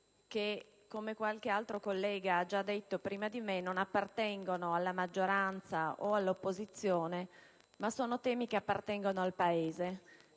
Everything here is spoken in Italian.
che, come qualche altro collega ha già detto prima di me, non appartengono alla maggioranza o all'opposizione, ma appartengono al Paese